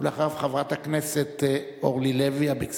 אחריו, חברת הכנסת אורלי לוי אבקסיס.